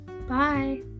Bye